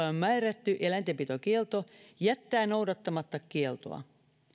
on määrätty eläintenpitokielto jättää noudattamatta kieltoa